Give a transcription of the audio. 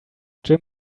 jim